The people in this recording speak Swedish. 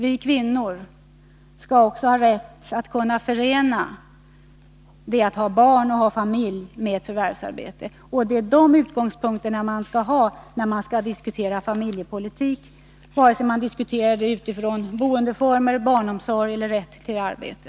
Vi kvinnor skall också ha rätt att förena barn och familj med ett förvärvsarbete. Det är dessa utgångspunkter man skall ha när man diskuterar familjepolitik, vare sig man diskuterar den utifrån boendeformer, barnomsorg eller rätt till arbete.